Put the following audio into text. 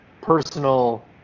personal